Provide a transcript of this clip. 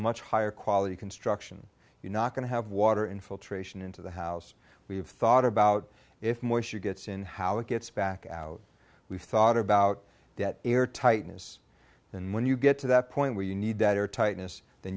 much higher quality construction you're not going to have water infiltration into the house we have thought about if more issue gets in how it gets back out we've thought about that air tightness then when you get to that point where you need better tightness then